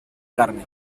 carne